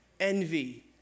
Envy